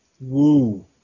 Woo